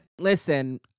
Listen-